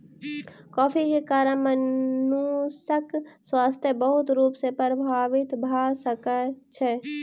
coffee के कारण मनुषक स्वास्थ्य बहुत रूप सॅ प्रभावित भ सकै छै